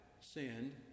sinned